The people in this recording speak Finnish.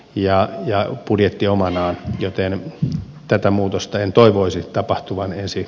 ja ja budjettia omanaan joten tätä muutosta en toivoisi tapahtuvan ensi